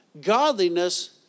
godliness